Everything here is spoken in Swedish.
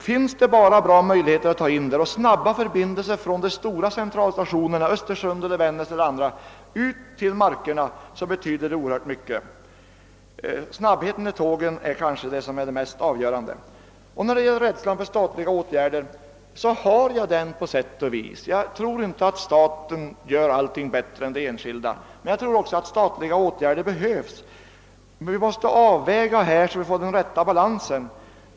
Finns det bara snabba förbindelser ut till markerna från de stora centralstationerna Östersund, Vännäs eller andra, betyder detta oerhört mycket. Tågens snabbhet är kanske det mest avgörande. På sätt och vis har jag en rädsla för statliga åtgärder. Jag tror inte att staten gör allting bättre än det enskilda, men jag tror att statliga åtgärder behövs. Vi måste här avväga så att vi får den rätta balansen.